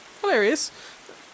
Hilarious